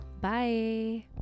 bye